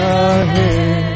ahead